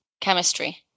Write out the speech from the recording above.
chemistry